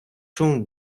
чому